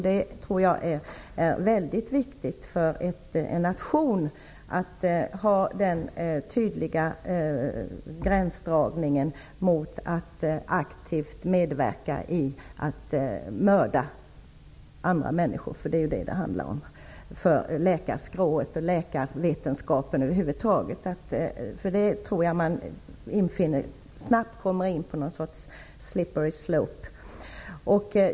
Det är väldigt viktigt för en nation att ha den tydliga gränsdragningen när det gäller läkarskråets och över huvud taget läkarvetenskapens aktiva medverkan i att mörda andra människor, därför att det är ju det som det handlar om. Annars kan man snabbt komma in i någon sorts ''slippery slope''.